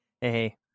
hey